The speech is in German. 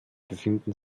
befinden